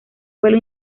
vuelo